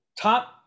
top